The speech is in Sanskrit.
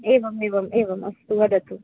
एवम् एवम् एवम् अस्तु वदतु